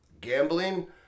gambling